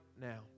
now